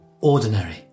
ordinary